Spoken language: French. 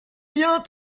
bien